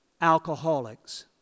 alcoholics